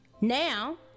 Now